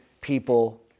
people